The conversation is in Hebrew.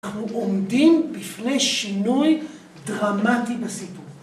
‫אנחנו עומדים בפני שינוי ‫דרמטי בסיפור.